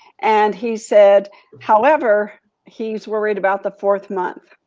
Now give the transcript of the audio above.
and he said however he was worried about the fourth month.